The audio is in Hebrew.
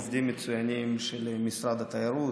עובדים מצוינים של משרד התיירות.